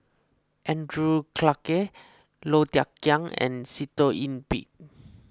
Andrew Clarke Low Thia Khiang and Sitoh Yih Pin